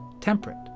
temperate